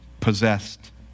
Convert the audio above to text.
possessed